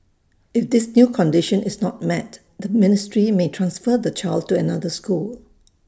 if this new condition is not met the ministry may transfer the child to another school